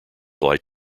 light